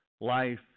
life